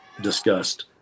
discussed